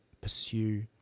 pursue